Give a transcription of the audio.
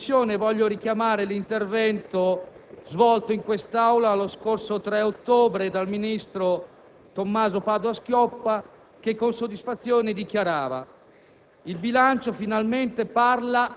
Come ho fatto in Commissione, voglio richiamare l'intervento svolto in quest'Aula lo scorso 3 ottobre dal ministro Tommaso Padoa-Schioppa che con soddisfazione dichiarava: